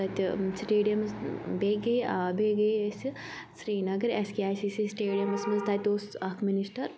تَتہِ سِٹیڈیَمَس بیٚیہِ گٔیے آ بیٚیہِ گٔیے أسہِ Srinagar S K I C C سیٹیڈیَمَس منٛز تَتہِ اوس اَکھ مِنِسٹَر